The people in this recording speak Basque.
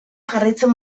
jarraitzen